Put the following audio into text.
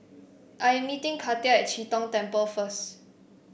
I am meeting Katia at Chee Tong Temple first